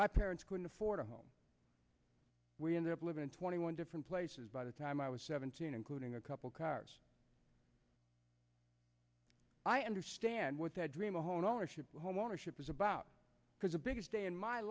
my parents couldn't afford a home we ended up living in twenty one different places by the time i was seventeen including a couple cars i understand with a dream a homeownership homeownership is about because the biggest day in my